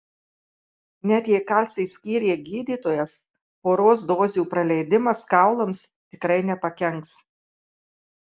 net jei kalcį skyrė gydytojas poros dozių praleidimas kaulams tikrai nepakenks